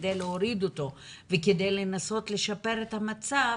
כדי להוריד אותו וכדי לנסות לשפר את המצב,